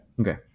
Okay